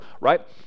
right